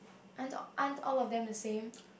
aren't aren't all of them the same